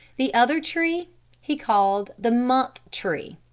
the other tree he called the month tree.